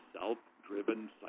self-driven